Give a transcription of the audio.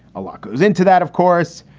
a lot goes into that. of course,